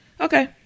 Okay